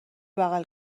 بغل